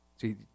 See